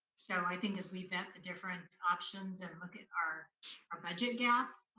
so i think as we vet the different options, and look at our our budget gap,